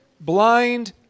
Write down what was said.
blind